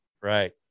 Right